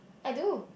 I do